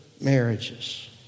marriages